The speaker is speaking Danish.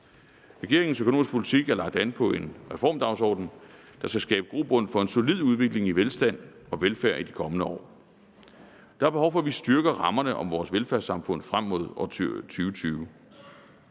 Regeringens økonomiske politik er lagt an på en reformdagsorden, der skal skabe grobund for en solid udvikling i velstand og velfærd i de kommende år. Der er behov for, at vi styrker rammerne om vores velfærdssamfund frem mod år 2020.